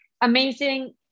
amazing